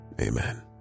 amen